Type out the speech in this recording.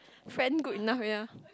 friend good enough ya